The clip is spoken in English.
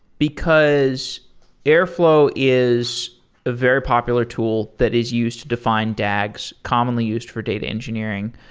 because airflow is a very popular tool that is used to define dags commonly used for data engineering.